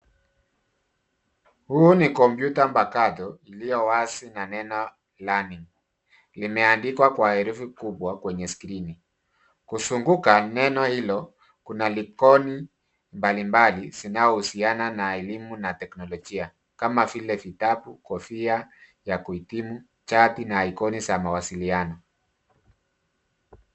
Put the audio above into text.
Huu mi kompyuta mpakato ulio wazi na neno learning limeandikwa kwa herufi kubwa kwenye skrini. Kuzunguka neno hilo, kuna ikoni mbalimbai zinazohusiana na elimu na teknolojia kama vile vitabu, kofia ya kuhitimu, chati na ikoni za mawasiliano.